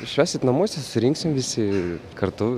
švęsit namuose susirinksim visi kartu